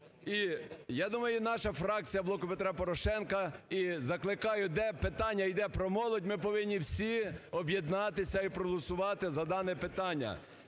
я думаю наша фракція "Блоку Петра Порошенка" і закликаю, де питання йде про молодь, ми повинні всі об'єднатися і проголосувати за дане питання.